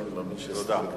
תודה.